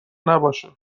نباشه